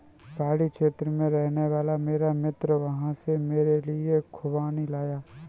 पहाड़ी क्षेत्र में रहने वाला मेरा मित्र वहां से मेरे लिए खूबानी लाया